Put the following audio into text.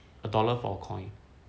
a dollar for a coin